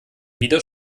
wieder